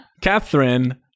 Catherine